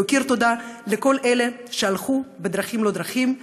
להכיר תודה לכל אלה שהלכו בדרכים לא דרכים,